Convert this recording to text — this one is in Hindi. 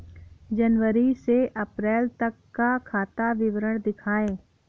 जनवरी से अप्रैल तक का खाता विवरण दिखाए?